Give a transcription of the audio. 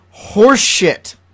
horseshit